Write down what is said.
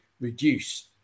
reduce